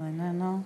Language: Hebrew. הוא איננו.